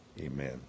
Amen